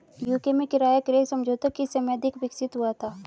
UK में किराया क्रय समझौता किस समय अधिक विकसित हुआ था?